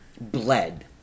bled